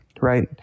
right